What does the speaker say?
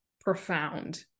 profound